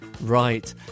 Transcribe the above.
Right